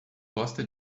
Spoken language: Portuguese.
gosta